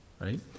Right